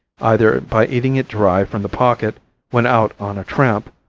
either by eating it dry from the pocket when out on a tramp,